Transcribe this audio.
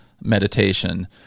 meditation